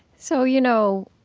so, you know,